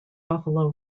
buffalo